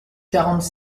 quarante